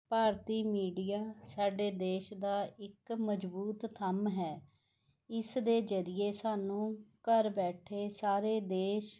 ਭਾਰਤੀ media ਸਾਡੇ ਦੇਸ਼ ਦਾ ਇੱਕ ਮਜਬੂਤ ਥੰਮ ਹੈ ਇਸ ਦੇ ਜਰੀਏ ਸਾਨੂੰ ਘਰ ਬੈਠੇ ਸਾਰੇ ਦੇਸ਼